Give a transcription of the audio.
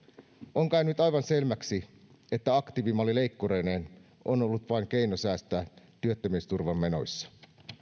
on käynyt aivan selväksi että aktiivimalli leikkureineen on ollut vain keino säästää työttömyysturvamenoissa